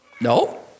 No